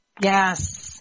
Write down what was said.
Yes